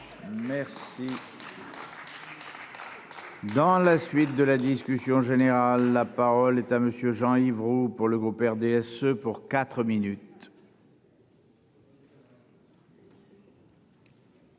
Merci. Dans la suite de la discussion générale. La parole est à monsieur Jean il vaut pour le groupe RDSE pour 4 minutes.